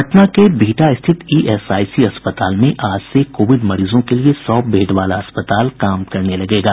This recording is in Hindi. पटना के बिहटा स्थित ईएसआईसी अस्पताल में आज से कोविड मरीजों के लिए सौ बेड वाला अस्पताल काम करने लगेगा